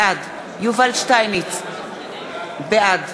בעד יובל שטייניץ, בעד